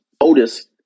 Otis